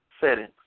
settings